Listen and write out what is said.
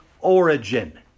origin